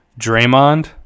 Draymond